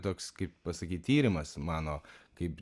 toks kaip pasakyt tyrimas mano kaip